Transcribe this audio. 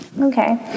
Okay